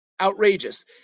outrageous